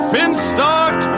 Finstock